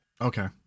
Okay